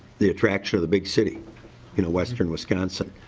the attraction of the big city in western wisconsin.